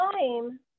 time